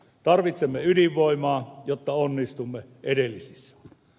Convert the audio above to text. tarvitsemme ydinvoimaa jotta onnistumme edellisissä